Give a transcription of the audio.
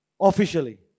officially